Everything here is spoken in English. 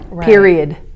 period